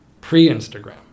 pre-instagram